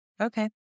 Okay